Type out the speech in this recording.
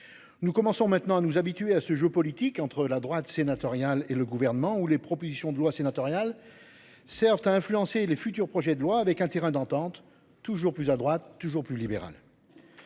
Nous commençons maintenant à nous habituer à ce jeu politique entre la droite sénatoriale et le gouvernement ou les propositions de loi sénatoriale. Certes à influencer les futurs projets de loi avec un terrain d'entente. Toujours plus à droite toujours plus libérale.